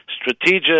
strategic